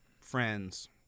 friends